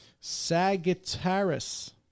Sagittarius